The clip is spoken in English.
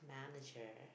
manager